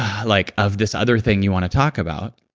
ah like of this other thing you want to talk about,